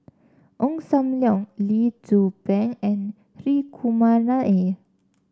Ong Sam Leong Lee Tzu Pheng and Hri Kumar Nair